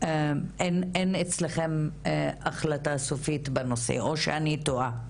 אין אצלכם החלטה סופית בנושא, או שאני טועה.